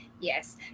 Yes